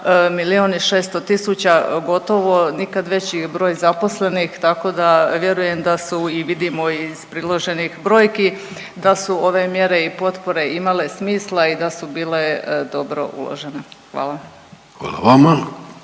Milijun i 600 tisuća, gotovo nikad veći broj zaposlenih, tako da vjerujem da su i vidimo iz priloženih brojki, da su ove mjere i potpore imale smisla i da su bile dobro uložene. Hvala. **Vidović,